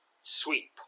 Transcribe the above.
sweep